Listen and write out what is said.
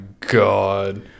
god